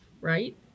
right